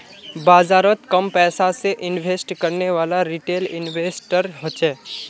बाजारोत कम पैसा से इन्वेस्ट करनेवाला रिटेल इन्वेस्टर होछे